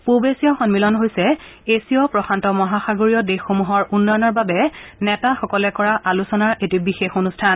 পূৱ এছীয় সম্মিলন হৈছে এছীয় প্ৰশান্ত মহাসাগৰীয় দেশসমূহৰ উন্নয়নৰ বাবে নেতাসকলে কৰা আলোচনাৰ এটা বিশেষ অনুষ্ঠান